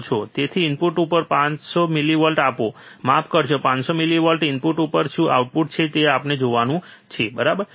તેથી ઇનપુટ ઉપર 500 મિલીવોલ્ટ આપો માફ કરશો 500 મિલીવોલ્ટ ઇનપુટ ઉપર શું આઉટપુટ છે જે આપણે જોવાનું છે બરાબર